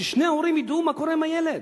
ששני ההורים ידעו מה קורה עם הילד.